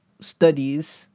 studies